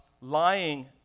lying